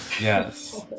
Yes